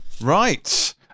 Right